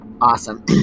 Awesome